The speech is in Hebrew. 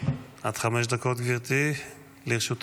עד חמש דקות, גברתי, לרשותך.